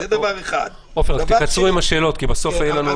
תקצרו עם השאלות, בבקשה.